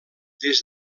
des